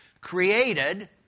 created